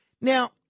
Now